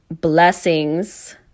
Blessings